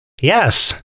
yes